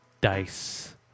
dice